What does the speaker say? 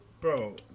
Bro